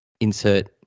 insert